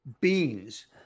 beans